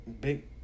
big